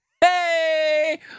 Hey